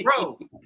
bro